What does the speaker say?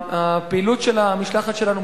הפעילות של המשלחת שלנו,